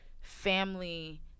family